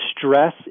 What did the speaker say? Stress